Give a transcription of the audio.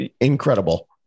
incredible